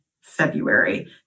February